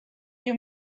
you